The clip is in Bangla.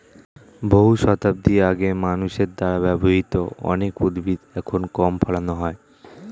বহু শতাব্দী আগে মানুষের দ্বারা ব্যবহৃত অনেক উদ্ভিদ এখন কম ফলানো হয়